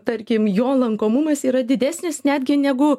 tarkim jo lankomumas yra didesnis netgi negu